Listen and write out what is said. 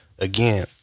again